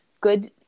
good